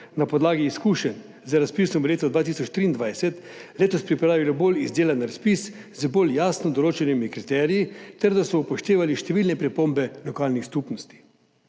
na podlagi izkušenj z razpisom za leto 2023 letos pripravilo bolj izdelan razpis z bolj jasno določenimi kriteriji ter da so upoštevali številne pripombe lokalnih skupnosti.